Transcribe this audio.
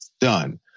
done